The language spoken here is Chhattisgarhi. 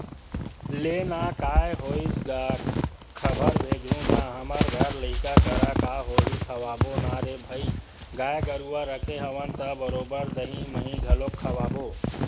लेना काय होइस गा खबर भेजहूँ ना हमर घर लइका करा का होही खवाबो ना रे भई गाय गरुवा रखे हवन त बरोबर दहीं मही घलोक खवाबो